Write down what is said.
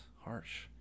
harsh